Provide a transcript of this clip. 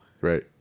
right